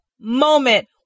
moment